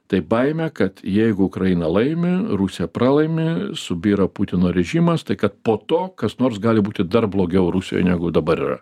tai baimė kad jeigu ukraina laimi rusija pralaimi subyra putino režimas tai kad po to kas nors gali būti dar blogiau rusijoj negu dabar yra